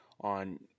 on